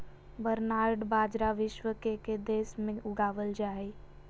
barnyard बाजरा विश्व के के देश में उगावल जा हइ